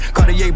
Cartier